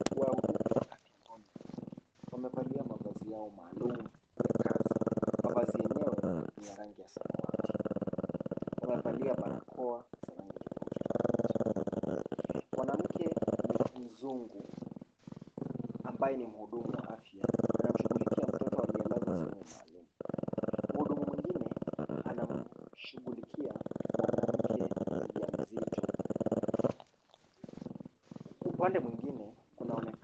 Wahudumu wa afya ambao ni wanawake, wamevalia mavazi yao maalum ya kazi. Mavazi yenyewe ni ya rangi ya samawati. Wamevalia barakoa za rangi tofauti tofauti. Mwanamke mzungu ambaye ni mhudumu wa afya, anamshughulikia mtoto aliyelazwa sehemu maalum. Mhudumu mwingine anamshughulikia mwanamke mjamzito.